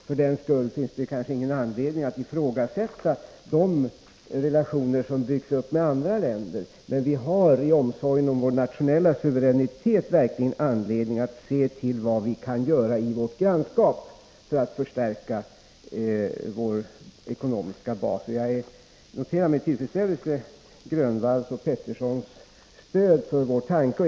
För den skull finns det kanske ingen anledning att ifrågasätta de relationer som har byggts upp med andra länder. Men vi har i omsorgen om vår nationella suveränitet verkligen anledning att se på vad vi kan göra i vårt grannskap för att förstärka vår ekonomiska bas. Jag noterar alltså med tillfredsställelse Nic Grönvalls och Lennart Petterssons stöd för vår tanke.